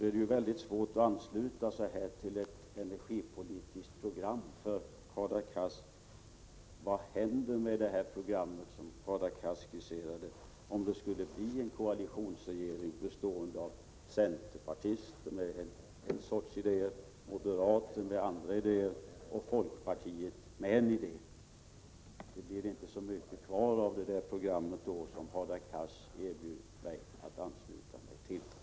Det är mycket svårt att här ansluta sig till det energipolitiska program som Hadar Cars skisserade, för vad händer med detta program om det skulle bli en koalitionsregering bestående av centerpartister med en sorts idéer, moderater med andra idéer och folkpartiet med sin uppläggning? Det blir då inte så mycket kvar av det program som Hadar Cars erbjöd mig att ansluta mig till.